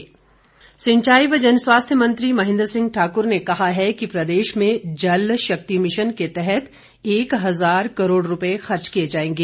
महेंद्र सिंह सिंचाई व जनस्वास्थ्य मंत्री महेंद्र सिंह ठाकुर ने कहा है कि प्रदेश में जल शक्ति मिशन के तहत एक हजार करोड़ रुपए खर्च किए जाएंगे